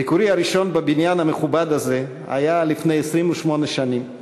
ביקורי הראשון בבניין המכובד הזה היה לפני 28 שנים,